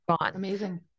Amazing